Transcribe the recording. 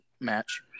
Match